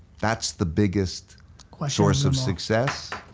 that's the biggest source of success.